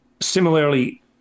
Similarly